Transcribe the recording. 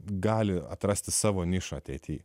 gali atrasti savo nišą ateityje